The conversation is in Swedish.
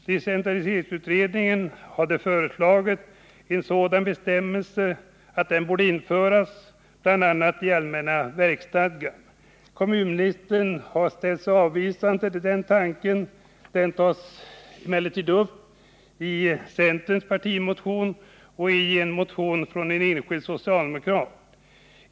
Decentraliseringsutredningen hade föreslagit att en sådan bestämmelse borde föras in, bl.a. i allmänna verksstadgan. Kommunministern har ställt sig avvisande till den tanken. Den tas emellertid upp i centerns partimotion och i en motion från en enskild socialdemokrat.